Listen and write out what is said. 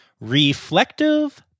Reflective